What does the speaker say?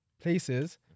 places